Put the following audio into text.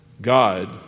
God